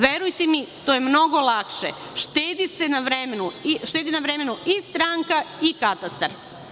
Verujte mi, to je mnogo lakše, štedi na vremenu i stranka i katastar.